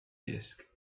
disc